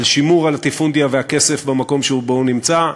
על שימור הלטיפונדיה והכסף במקום שבו הוא נמצא.